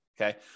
Okay